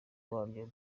waryo